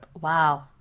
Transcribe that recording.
Wow